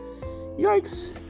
yikes